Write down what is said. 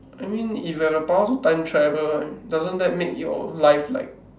I mean if you have the power to time travel doesn't that make your life like